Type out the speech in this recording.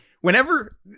whenever